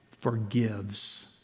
forgives